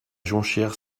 jonchère